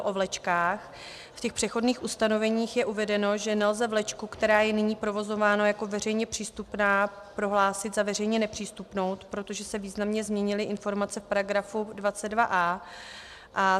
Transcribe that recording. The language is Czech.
V těch přechodných ustanoveních je uvedeno, že nelze vlečku, která je nyní provozována jako veřejně přístupná, prohlásit za veřejně nepřístupnou, protože se významně změnily informace v paragrafu 22a.